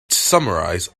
summarize